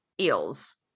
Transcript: eels